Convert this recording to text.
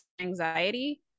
anxiety